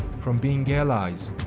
from being allies,